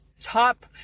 top